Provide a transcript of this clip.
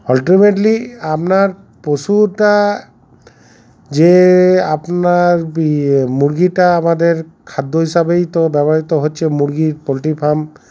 ultimately আপনার পশুটা যে আপনার ইয়ে মুরগিটা আমাদের খাদ্য হিসাবেই তো ব্যবহৃত হচ্ছে মুরগির পোলট্রি ফার্ম